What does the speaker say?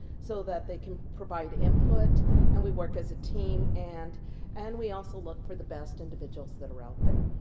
so that they can provide input and we work as a team, and and we also look for the best individuals that are out there,